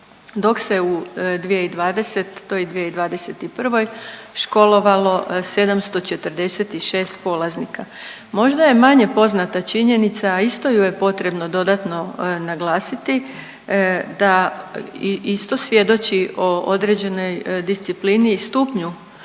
dok se u 2020. i 2021. školovalo 746 polaznika. Možda je manje poznata činjenica, a isto ju je potrebno dodatno naglasiti da isto svjedoči o određenoj disciplini i stupnju